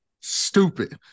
stupid